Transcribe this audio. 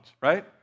right